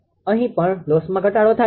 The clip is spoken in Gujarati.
અહી પણ લોસમાં ઘટાડો થાય છે